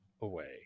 away